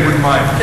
איבוד מים,